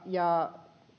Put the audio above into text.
ja